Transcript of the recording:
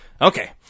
okay